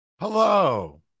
hello